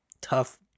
tough